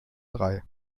drei